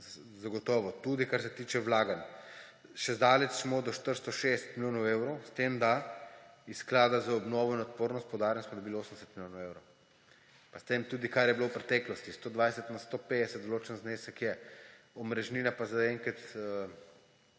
Zagotovo. Tudi, kar se tiče vlaganj. Še zdaleč smo do 460 milijonov evrov, s tem da iz Sklada za obnovo in odpornost, poudarjam, smo dobili 80 milijonov evrov. Pa s tem tudi, kar je bilo v preteklosti, s 120 na 150, določen znesek je, omrežnina pa zaenkrat